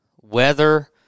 weather